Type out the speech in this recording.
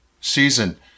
season